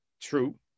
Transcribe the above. True